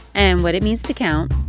and what it means to count.